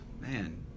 Man